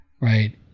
right